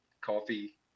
coffee